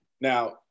Now